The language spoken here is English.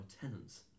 tenants